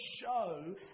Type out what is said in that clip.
show